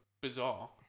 bizarre